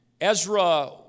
Ezra